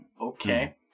Okay